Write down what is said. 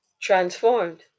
transformed